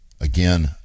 again